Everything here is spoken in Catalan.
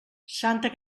santa